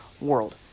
world